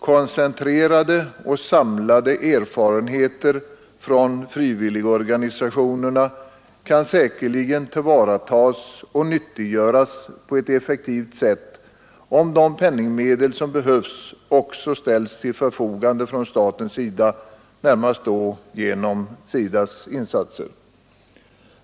Koncentrerade och samlade erfarenheter från frivilligorganisationerna kan säkerligen tillvaratas och nyttiggöras på ett effektivt sätt, om de penningmedel som behövs också ställs till förfogande från statens sida, närmast då genom SIDA:s insatser.